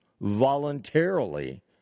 voluntarily